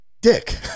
Dick